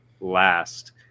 last